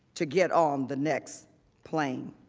to get on the next plane.